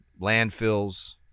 landfills